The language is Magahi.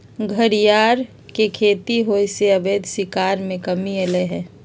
घरियार के खेती होयसे अवैध शिकार में कम्मि अलइ ह